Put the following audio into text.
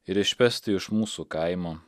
ir išvesti iš mūsų kaimo